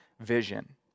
vision